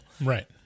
Right